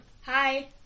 Hi